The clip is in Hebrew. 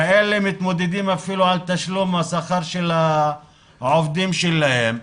כאלה מתמודדים אפילו על תשלום השכר של העובדים שלהם,